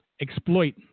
Exploit